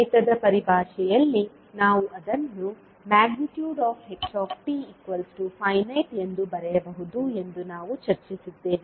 ಗಣಿತದ ಪರಿಭಾಷೆಯಲ್ಲಿ ನಾವು ಅದನ್ನು htfinite ಎಂದು ಬರೆಯಬಹುದು ಎಂದು ನಾವು ಚರ್ಚಿಸಿದ್ದೇವೆ